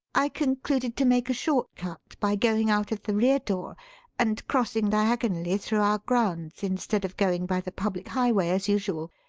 i concluded to make a short cut by going out of the rear door and crossing diagonally through our grounds instead of going by the public highway as usual.